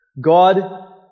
God